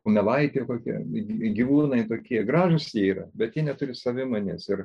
kumelaitė kokie gi gyvūnai tokie gražūs jie yra bet ji neturi savimonės ir